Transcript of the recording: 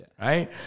right